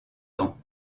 temps